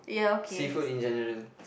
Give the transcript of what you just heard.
seafood in general